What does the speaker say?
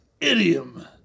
Idiom